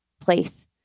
place